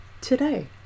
today